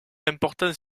important